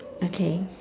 okay